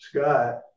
Scott